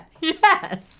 Yes